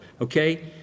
Okay